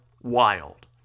Wild